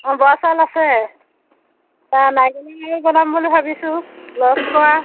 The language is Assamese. অ' বৰা চাউল আছে বানাম বুলি ভাবিছোঁ লছকৰা